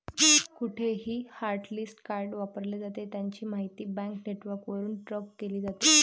कुठेही hotlist card वापरले जाते, त्याची माहिती बँक नेटवर्कवरून ट्रॅक केली जाते